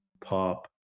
pop